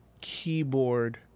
keyboard